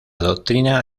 doctrina